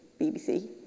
BBC